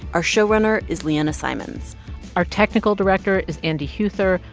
our show runner is liana simonds our technical director is andy huether.